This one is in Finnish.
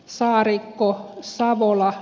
saarikko savola